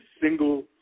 single